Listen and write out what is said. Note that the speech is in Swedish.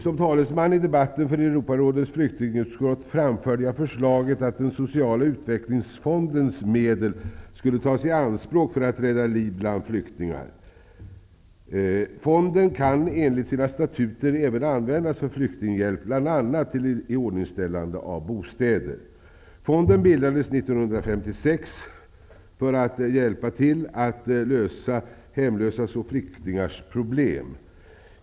Som talesman i debatten inför Europarådets flyktingutskott framförde jag förslaget att den sociala utvecklingsfondens medel skulle tas i anspråk för att rädda liv bland flyktingarna. Fonden kan enligt sina statuter även användas för flyktinghjälp, bl.a. till iordningsställande av bostäder. Fonden bildades 1956 för att hjälpa till att lösa hemlösas och flyktingars problem.